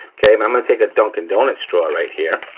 okay, i'm i'm gonna take a dunkin donuts straw right here,